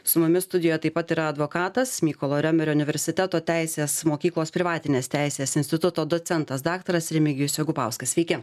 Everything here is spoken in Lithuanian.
su mumis studijoje taip pat yra advokatas mykolo riomerio universiteto teisės mokyklos privatinės teisės instituto docentas daktaras remigijus jokubauskas sveiki